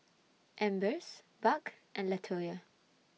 Ambers Buck and Latoya